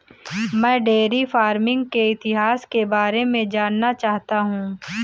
मैं dairy farming के इतिहास के बारे में जानना चाहता हूं